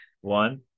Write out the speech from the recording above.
One